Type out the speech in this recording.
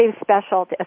special